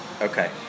Okay